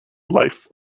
life